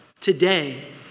today